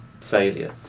failure